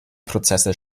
prozesse